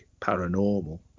paranormal